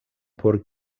por